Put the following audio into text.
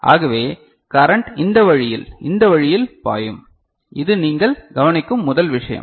ஆகவே கரன்ட் இந்த வழியில் இந்த வழியில் பாயும் இது நீங்கள் கவனிக்கும் முதல் விஷயம்